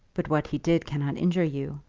but what he did cannot injure you.